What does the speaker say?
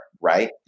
Right